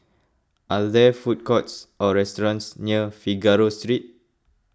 are there food courts or restaurants near Figaro Street